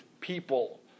people